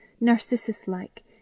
narcissus-like